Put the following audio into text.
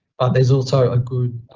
there's also a good,